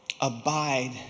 Abide